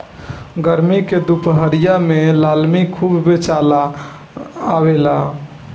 गरमी के दुपहरिया में लालमि खूब बेचाय आवेला